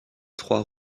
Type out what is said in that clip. trois